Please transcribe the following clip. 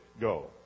go